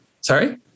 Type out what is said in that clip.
Sorry